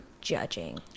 judging